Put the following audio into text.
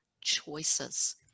choices